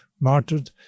martyred